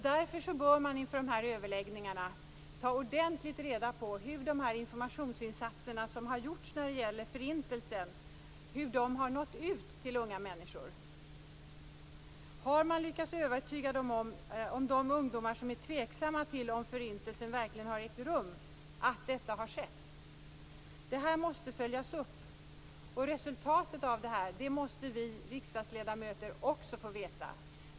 Därför bör man inför dessa överläggningar ta ordentligt reda på hur de informationsinsatser som har gjorts när det gäller förintelsen har nått ut till unga människor. Har man lyckats övertyga de ungdomar som är tveksamma till om Förintelsen verkligen har ägt rum om att detta har skett? Det måste följas upp. Resultatet måste vi riksdagsledamöter också få veta.